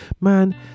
man